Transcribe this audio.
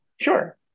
Sure